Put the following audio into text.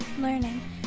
learning